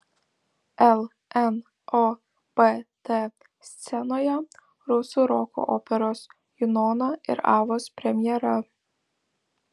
lnobt scenoje rusų roko operos junona ir avos premjera